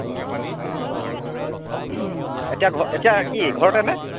হয় হয় অ অ অ এতিয়া ঘ এতিয়া কি ঘৰতেনে